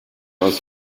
aus